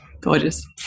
Gorgeous